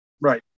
right